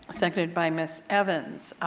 seconded by ms. evans.